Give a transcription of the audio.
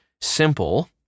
simple